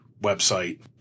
website